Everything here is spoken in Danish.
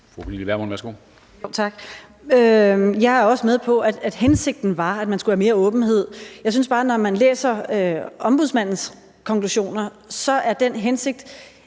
Pernille Vermund (NB): Tak. Jeg er også med på, at hensigten var, at man skulle have mere åbenhed. Når man læser Ombudsmandens konklusioner, synes jeg